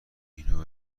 اینو